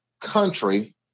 country